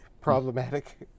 problematic